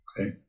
Okay